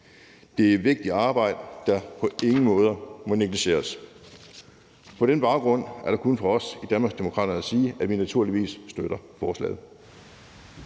Det er et vigtigt arbejde, der på ingen måde må negligeres. På den baggrund er der kun at sige fra os i Danmarksdemokraterne, at vi naturligvis støtter forslaget.